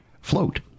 float